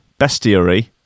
bestiary